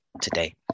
today